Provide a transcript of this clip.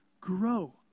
grow